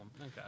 Okay